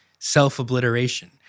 self-obliteration